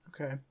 Okay